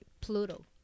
Pluto